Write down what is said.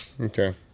Okay